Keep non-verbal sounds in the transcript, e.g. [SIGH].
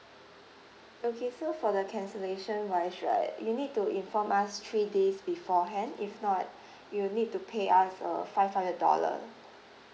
okay so for the cancellation wise right you need to inform us three days beforehand if not [BREATH] you will need to pay us uh five hundred dollar